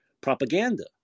propaganda